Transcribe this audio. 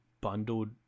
bundled